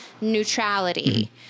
neutrality